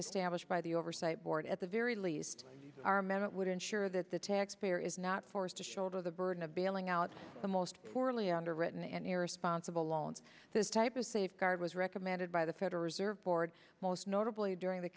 established by the oversight board at the very least are meant it would ensure that the taxpayer is not forced to shoulder the burden of bailing out the most poorly underwritten and irresponsible loans this type of safeguard was recommended by federal reserve board most notably during the